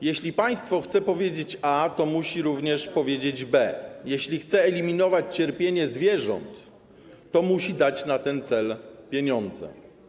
Jeśli państwo chce powiedzieć: A, to musi również powiedzieć: B. Jeśli chce eliminować cierpienie zwierząt, to musi dać na ten cel pieniądze.